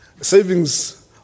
Savings